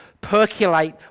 percolate